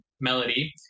melody